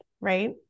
right